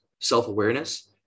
self-awareness